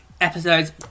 episodes